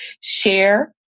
share